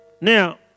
Now